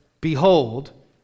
behold